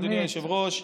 אדוני היושב-ראש.